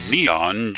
Neon